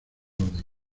orden